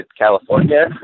California